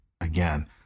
again